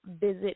visit